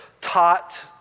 taught